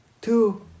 two